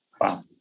Wow